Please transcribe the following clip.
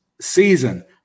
season